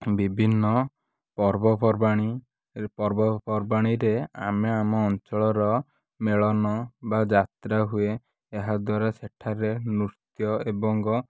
ବିଭିନ୍ନ ପର୍ବପର୍ବାଣି ପର୍ବପର୍ବାଣିରେ ଆମେ ଆମ ଅଞ୍ଚଳର ମେଳନ ବା ଯାତ୍ରା ହୁଏ ଏହା ଦ୍ୱାରା ସେଠାରେ ନୃତ୍ୟ ଏବଂ